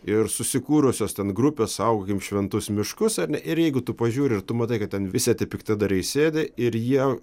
ir susikūrusios ten grupės saugokim šventus miškus ar ne ir jeigu tu pažiūri ir tu matai kad ten visi tie piktadariai sėdi ir jie